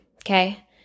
okay